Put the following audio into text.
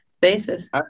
basis